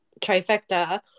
trifecta